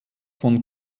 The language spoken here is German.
von